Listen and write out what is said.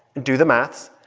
do the math.